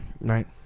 right